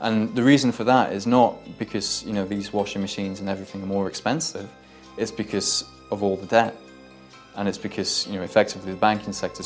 and the reason for that is not because you know these washing machines and everything the more expensive it's because of all that and it's because you're effectively banking sector